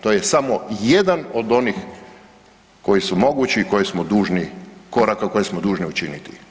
To je samo jedan od onih koji su mogući i koje smo dužni koraka koje smo dužni učiniti.